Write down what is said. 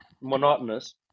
monotonous